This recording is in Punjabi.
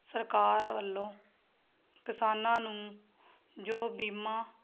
ਸਰਕਾਰ ਵੱਲੋਂ ਕਿਸਾਨਾਂ ਨੂੰ ਜੋ ਬੀਮਾ